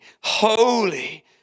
holy